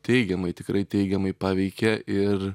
teigiamai tikrai teigiamai paveikė ir